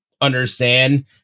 understand